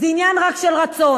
זה רק עניין של רצון.